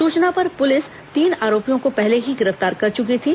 सूचना पर पुलिस तीन आरोपियों को पहले ही गिरफ्तार कर चुकी थी